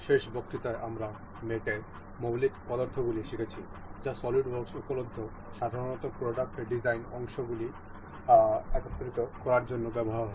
শেষ বক্তৃতায় আমরা মেটের মৌলিক পদ্ধতিগুলি শিখেছি যা সলিডওয়ার্কসে উপলব্ধ সাধারণত প্রোডাক্ট ডিজাইন অংশগুলি একত্রিত করার জন্য ব্যবহার হয়